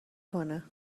کنه